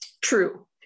true